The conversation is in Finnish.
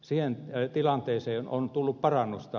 siihen tilanteeseen on tullut parannusta